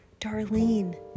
Darlene